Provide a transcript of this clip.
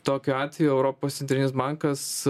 tokiu atveju europos centrinis bankas